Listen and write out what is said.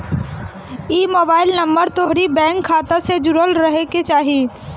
इ mobile number तोहरी bank खाता से जुड़ल रहे के चाही